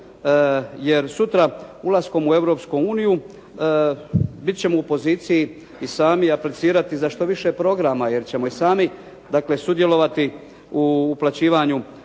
jer sutra ulaskom u Europsku uniju biti ćemo u poziciji i sami aplicirati za što više programa, jer ćemo i sami dakle sudjelovati u uplaćivanju